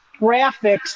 graphics